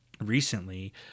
recently